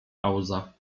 pauza